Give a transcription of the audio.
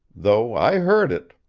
though i heard it.